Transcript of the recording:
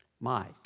Mike